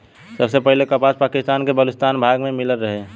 सबसे पहिले कपास पाकिस्तान के बलूचिस्तान भाग में मिलल रहे